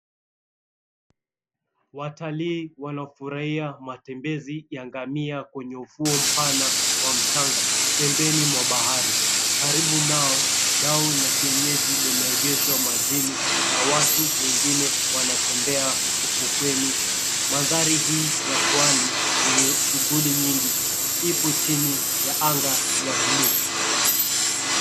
Watalii wanafurahia matembezi ya ngamia kwenye ufuo mpana wa mchanga pembeni mwa bahari. Karibu nao, dau la kienyeji limeegeshwa majini na watu wengine wanatembea ufukweni. Maandhari hii ya pwani yenye shughuli nyingi ipo chini ya anga ya buluu.